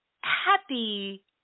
happy